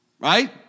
Right